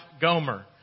Gomer